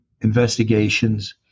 investigations